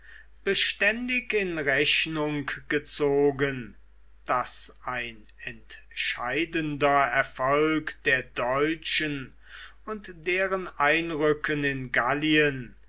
beständig in rechnung gezogen daß ein entscheidender erfolg der deutschen und deren einrücken in gallien